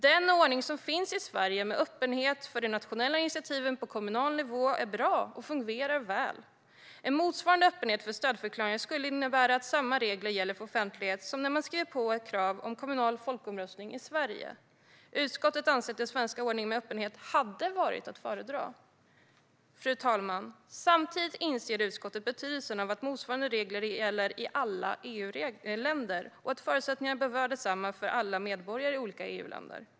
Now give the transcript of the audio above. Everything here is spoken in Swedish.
Den ordning som finns i Sverige med öppenhet för de nationella initiativen på kommunal nivå är bra och fungerar väl. En motsvarande öppenhet för stödförklaringar skulle innebära att samma regler gäller för offentlighet som när man skriver på ett krav på kommunal folkomröstning i Sverige. Utskottet anser att den svenska ordningen med öppenhet hade varit att föredra. Fru talman! Samtidigt inser utskottet betydelsen av att motsvarande regler gäller i alla EU-länder och att förutsättningarna bör vara desamma för alla medborgare i olika EU-länder.